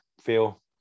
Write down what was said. feel